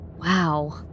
Wow